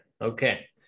Okay